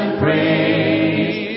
praise